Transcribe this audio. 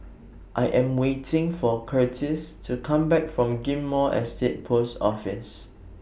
I Am waiting For Curtiss to Come Back from Ghim Moh Estate Post Office